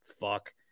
Fuck